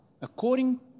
According